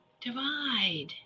Divide